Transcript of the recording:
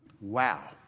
Wow